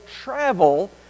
travel